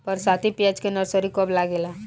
बरसाती प्याज के नर्सरी कब लागेला?